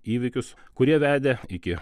įvykius kurie vedė iki